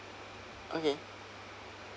okay